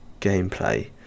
gameplay